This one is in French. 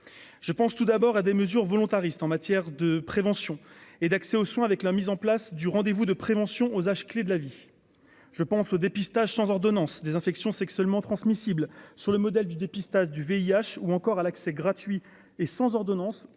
je pense tout d'abord à des mesures volontaristes en matière de prévention et d'accès aux soins avec la mise en place du rendez-vous de prévention aux âges clés de la vie, je pense au dépistage sans ordonnance des infections sexuellement transmissibles, sur le modèle du dépistage du VIH ou encore à l'accès gratuit et sans ordonnance,